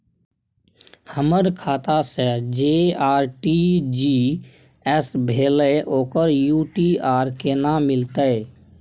हमर खाता से जे आर.टी.जी एस भेलै ओकर यू.टी.आर केना मिलतै?